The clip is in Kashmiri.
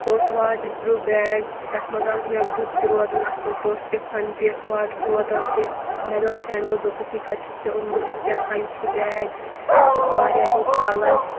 سُہ اوس واٹَر پرٛوٗپ بیگ تَتھ منٛز آسہٕ مےٚ بُک تہِ روزان اَصٕل پٲٹھۍ ٹِفَن تہِ واٹَر بوتَل تہِ مےٚ دوٚپ فرٛینٛڈو دوٚپُکھ یہِ کَتہِ چھُتھ ژےٚ اوٚنمُت أسۍ تہِ اَنہو یِتھُے بیگ تَتھ اوس واریاہ رُت کَلَر